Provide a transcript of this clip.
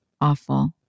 Awful